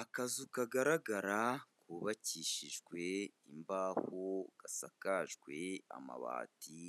Akazu kagaragara kubakishijwe imbaho, gasakajwe amabati